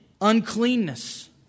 uncleanness